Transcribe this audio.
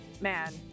Man